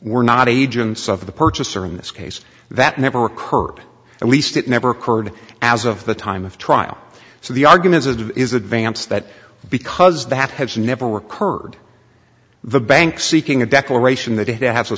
were not agents of the purchaser in this case that never occurred at least it never occurred as of the time of trial so the arguments of is advanced that because that has never were curred the bank seeking a declaration that it has a